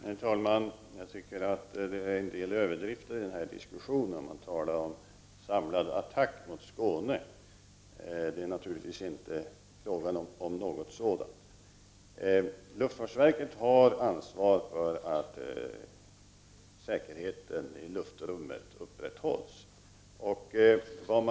Herr talman! Jag tycker att det är en del överdrifter i den här diskussionen. Man talar om en samlad attack mot Skåne. Det är naturligtvis inte fråga om något sådant. Luftfartsverket har ansvar för att säkerheten i luftrummet upprätthålls.